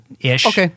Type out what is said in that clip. ish